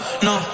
no